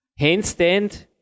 handstand